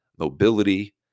mobility